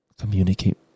Communicate